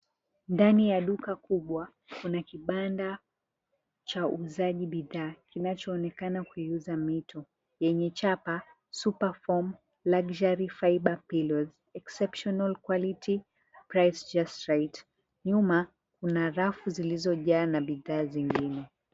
Ndani ya duka kubwa kuna kibanda cha uuzaji bidhaa kinachoonekana kuiuza mito yenye chapa, super form luxury , Fiber Pillows , Exceptional Quality , Price Just Right . Nyuma kuna rafu zilizojaa na bidhaa zingine.